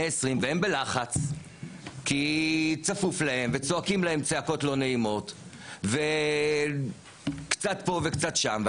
20 והם בלחץ כי צפוף להם וצועקים להם צעקות לא נעימות וקצת פה וקצת שם,